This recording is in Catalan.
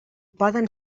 poden